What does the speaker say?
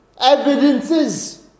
evidences